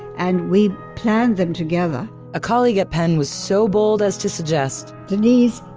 and we planned them together a colleague at penn was so bold as to suggest denise,